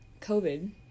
COVID